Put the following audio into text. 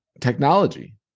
technology